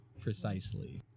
Precisely